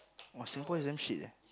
!wah! Singapore is damn shit eh